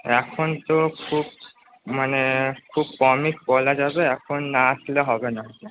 এখন তো খুব মানে কমই করা যাবে এখন আসলে হবে না